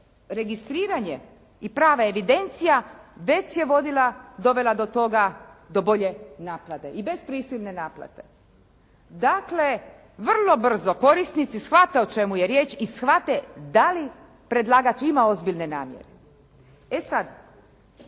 registriranje i prava evidencija već je dovela do bolje naklade i bez prisilne naplate. Dakle, vrlo brzo korisnici shvate o čemu je riječ i shvate da li predlagač ima ozbiljne namjere. E sad,